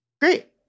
great